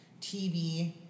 TV